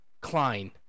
Klein